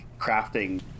crafting